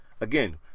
Again